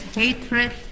hatred